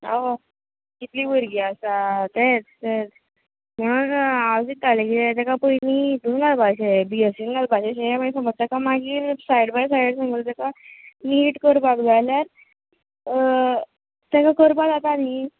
आ कितली भुरगीं आसा तेंच तेंच म्हुणून हांव चित्तालें कितें ताका पयलीं हेतून घालपाचें बी एस सी घालपाचें शें मागीर समज ताका मागीर सायड बाय सायड समज ताका नीट करपाक जाय जाल्यार ताका करपाक जाता न्ही